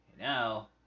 Now